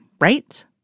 right